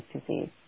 disease